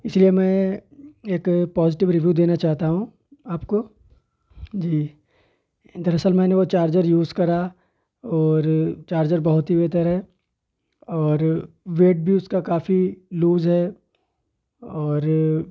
اسی لیے میں ایک پازیٹو ریویو دینا چاہتا ہوں آپ کو جی دراصل میں نے وہ چارجر یوز کرا اور چارجر بہت ہی بہتر ہے اور ویٹ بھی اس کا کافی لوز ہے اور